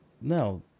No